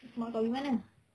mak kau pergi mana